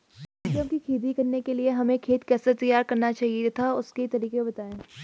सब्जियों की खेती करने के लिए हमें खेत को कैसे तैयार करना चाहिए तथा उसके तरीके बताएं?